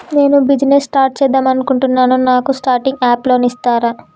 నేను business start చేద్దామనుకుంటున్నాను నాకు స్టార్టింగ్ అప్ లోన్ ఇస్తారా?